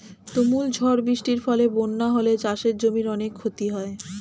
তুমুল ঝড় বৃষ্টির ফলে বন্যা হলে চাষের জমির অনেক ক্ষতি হয়